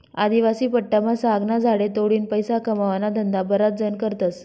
आदिवासी पट्टामा सागना झाडे तोडीन पैसा कमावाना धंदा बराच जण करतस